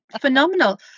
phenomenal